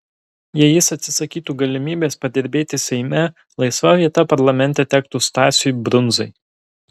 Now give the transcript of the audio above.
jei jis atsisakytų galimybės padirbėti seime laisva vieta parlamente tektų stasiui brundzai